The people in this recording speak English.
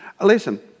Listen